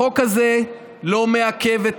החוק הזה לא מעכב את